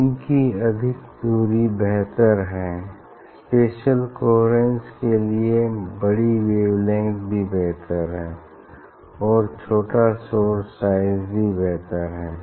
screen की अधिक दूरी बेहतर है स्पेसिअल कोहेरेन्स के लिए बड़ी वेव लेंग्थ भी बेहतर है और छोटा सोर्स साइज भी बेहतर है